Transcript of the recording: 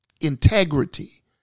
integrity